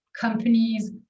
companies